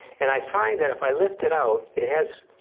and i find that if i lift it out, it has,